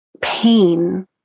pain